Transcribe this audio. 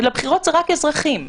לבחירות זה רק אזרחים.